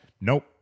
Nope